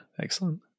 excellent